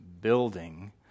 building